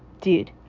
dude